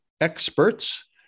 experts